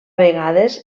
vegades